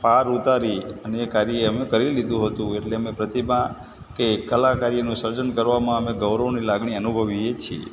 પાર ઉતારી અને એ કાર્ય અમે કરી લીધું હતું એટલે અમે પ્રતિમા કે કલાકાર્યનું સર્જન કરવામાં અમે ગૌરવની લાગણી અનુભવીએ છીએ